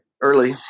early